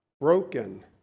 broken